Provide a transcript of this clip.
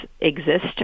exist